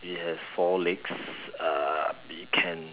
it has four legs uh it can